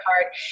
card